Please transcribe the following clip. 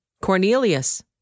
Cornelius